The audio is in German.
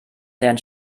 lernt